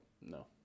No